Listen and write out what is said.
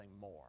more